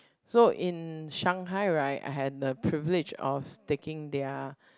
so in Shanghai right I had the privilege of taking their